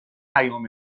پیام